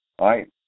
Right